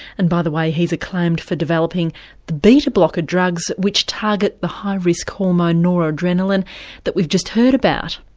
and by the way, he's acclaimed for developing the beta-blocker drugs which target the high risk hormone noradrenaline that we've just heard about.